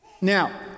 Now